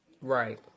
Right